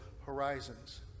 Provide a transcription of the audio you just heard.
horizons